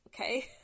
okay